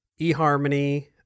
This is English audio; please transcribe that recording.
eHarmony